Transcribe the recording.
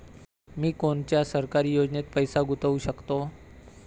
मी कोनच्या सरकारी योजनेत पैसा गुतवू शकतो?